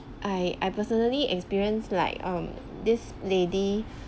I I personally experience like um this lady